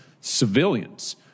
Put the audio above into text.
civilians